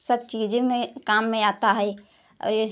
सब चीज़ें में काम में आता है और ये